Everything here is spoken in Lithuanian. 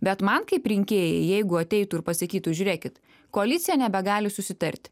bet man kaip rinkėjai jeigu ateitų ir pasakytų žiūrėkit koalicija nebegali susitarti